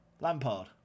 Lampard